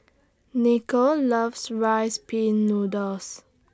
Nicole loves Rice Pin Noodles